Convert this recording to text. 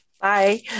Bye